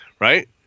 Right